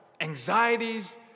anxieties